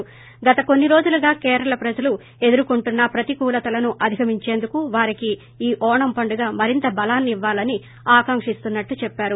గత కొన్ని రోజులుగా కేరళ ప్రజలు ఎదుర్కొంటున్న ప్రతికూలతలను అధిగమించేందుకు వారికి ఈ ఓణం పండుగ మరింత బలాన్ని ఇవ్వాలని ఆకాంకిస్తున్నట్లు చెప్పారు